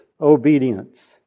obedience